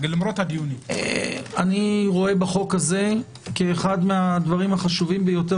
אני רואה בחוק הזה אחד הדברים החשובים ביותר